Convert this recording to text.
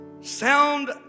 Sound